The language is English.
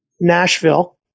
Nashville